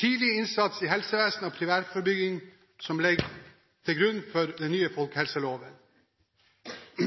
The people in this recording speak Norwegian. Tidlig innsats i helsevesenet og primærforebygging ligger til grunn for den nye folkehelseloven.